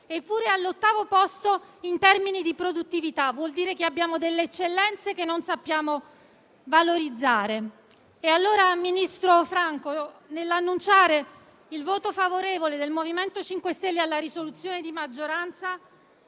siamo all'ottavo posto in termini di produttività. Questo vuol dire che abbiamo delle eccellenze che non sappiamo valorizzare. Signor ministro Franco, nell'annunciare il voto favorevole del MoVimento 5 Stelle alla proposta di risoluzione di maggioranza,